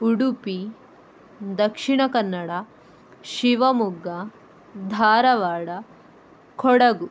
Udupi Dakshina Kannada Shivamogga Dharwad Kodagu